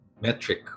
metric